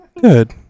Good